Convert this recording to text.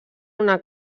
una